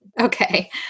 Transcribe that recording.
Okay